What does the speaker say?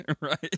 Right